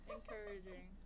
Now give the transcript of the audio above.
Encouraging